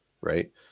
right